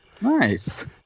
Nice